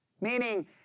Meaning